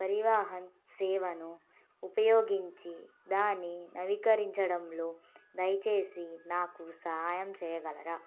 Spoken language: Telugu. పరివాహన్ సేవను ఉపయోగించి దాని నవీకరించడంలో దయచేసి నాకు సహాయం చేయగలరా